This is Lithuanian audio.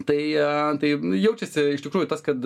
tai tai jaučiasi iš tikrųjų tas kad